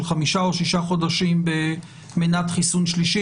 של חמישה או שישה חודשים במנת חיסון שלישית,